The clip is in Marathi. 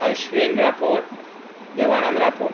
अश्विन राठोड देवानंद राठोड